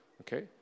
Okay